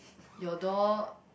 your door